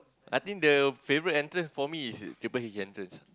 I think the favorite entrance for me is